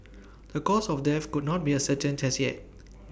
the cause of death could not be ascertained as yet